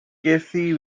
casey